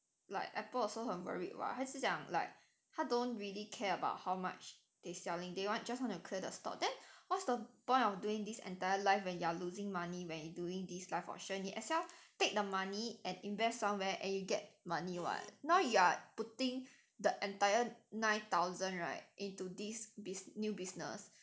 like apple also 很 worried [what] 他是讲 like 他 don't really care about how much they selling they want just want to clear the stock then what's the point of doing this entire life when you are losing money when you doing these live auction 你 might as well take the money and invest somewhere and you get money [what] now you are putting the entire nine thousand right into this biz new business